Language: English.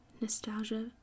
nostalgia